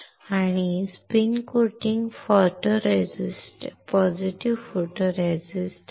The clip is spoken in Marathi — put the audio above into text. आम्ही स्पिन कोटिंग पॉझिटिव्ह फोटोरेसिस्ट आहे